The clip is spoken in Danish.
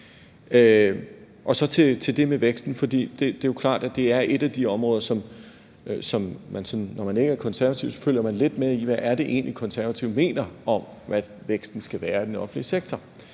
Og så til det med væksten. Det er klart, at det er et af de områder, hvor man, når man ikke er konservativ, følger lidt med i, hvad det egentlig er, Konservative mener om, hvad væksten skal være i den offentlige sektor.